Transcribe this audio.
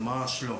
ממש לא.